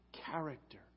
character